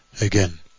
again